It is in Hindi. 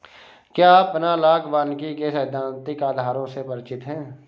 क्या आप एनालॉग वानिकी के सैद्धांतिक आधारों से परिचित हैं?